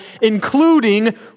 including